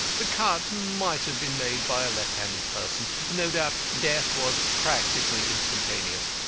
the cut might have been made by a left-handed person. no doubt death was practically instantaneous.